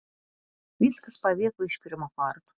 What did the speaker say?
viskas pavyko iš pirmo karto